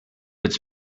its